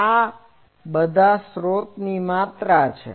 આ બધી સ્રોતની માત્રા છે